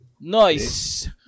Nice